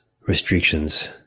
restrictions